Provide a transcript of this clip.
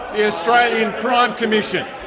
the australian crime commission.